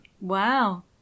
wow